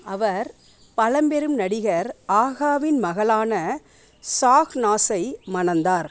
அவர் பழம்பெரும் நடிகர் ஆகாவின் மகளான ஷாஹ்னாஸை மணந்தார்